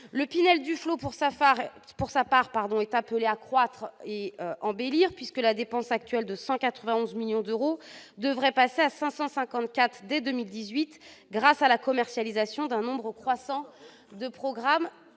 Pinel-Duflot, pour sa part, est appelé à croître et embellir, puisque la dépense actuelle, de 191 millions d'euros, devrait passer à 554 millions d'euros dès 2018, grâce à la commercialisation d'un nombre croissant de programmes